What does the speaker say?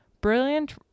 brilliant